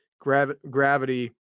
gravity